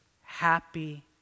happy